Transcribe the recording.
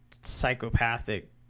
psychopathic